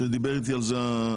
דיבר איתי על זה הגזבר.